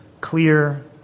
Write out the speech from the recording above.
clear